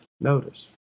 notice